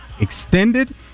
extended